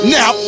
Now